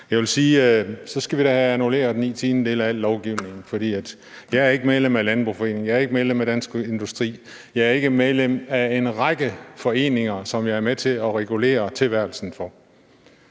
Jeg vil sige, at så skal vi da have annulleret ni tiendedele af al lovgivning. For jeg er ikke medlem af Landbrug og Fødevarer, jeg er ikke medlem af Dansk Industri, jeg er ikke medlem af en række foreninger, som jeg er med til at regulere tilværelsen for.